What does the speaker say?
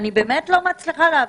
אני באמת לא מצליחה להבין.